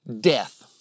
death